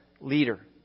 leader